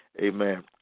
amen